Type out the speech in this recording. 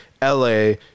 LA